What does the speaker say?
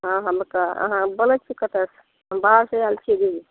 हँ हुनका अहाँ बोलै छी कतहुँ से बाहर से आएल छियै की